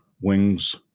wings